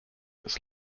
its